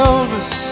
Elvis